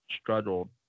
struggled